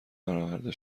برآورده